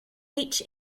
each